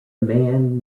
man